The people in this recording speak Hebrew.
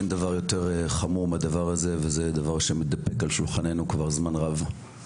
אין דבר יותר חמור מהדבר הזה וזה נושא שמתדפק על שולחננו כבר זמן רב.